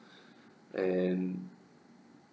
and